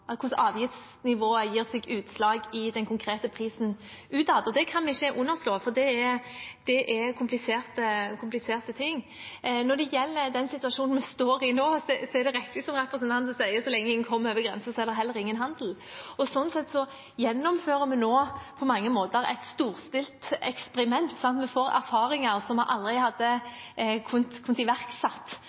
gir seg utslag i den konkrete prisen utad. Det kan vi ikke underslå, for det er kompliserte ting. Når det gjelder den situasjonen vi står i nå, er det riktig, som representanten sier, at så lenge ingen kommer over grensen, er det heller ingen handel. Sånn sett gjennomfører vi nå på mange måter et storstilt eksperiment. Vi får erfaringer vi aldri hadde kunnet